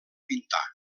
pintar